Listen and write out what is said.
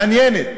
מעניינת,